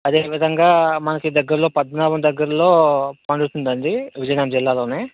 అదే విధంగా మనకి దగ్గరలో పద్మనాభం దగ్గరలో పండుతుందండి విజయనగరం జిల్లాలోని